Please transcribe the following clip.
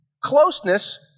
Closeness